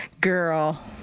Girl